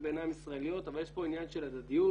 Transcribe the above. בעיניים ישראליות אבל יש פה עניין של הדדיות,